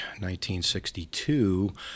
1962